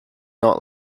not